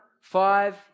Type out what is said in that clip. five